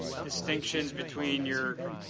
distinctioning between your